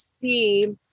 see